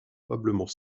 probablement